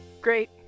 great